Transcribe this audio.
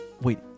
Wait